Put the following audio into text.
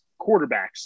quarterbacks